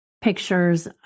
pictures